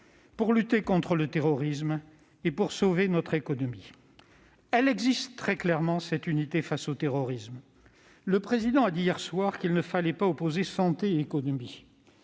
pour lutter contre le terrorisme et pour sauver notre économie. Elle existe clairement face au terrorisme. Le Président de la République a dit hier soir qu'il ne fallait pas opposer santé et économie.